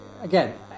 Again